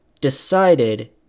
decided